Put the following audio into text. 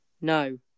no